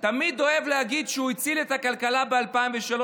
תמיד אוהב להגיד שהוא הציל את הכלכלה ב-2003,